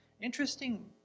Interesting